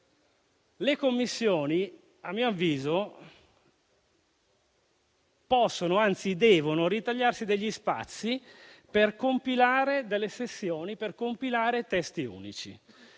le Commissioni, a mio avviso, possono e anzi devono ritagliarsi degli spazi e delle sessioni per compilare dei testi unici.